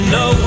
no